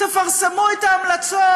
תפרסמו את ההמלצות,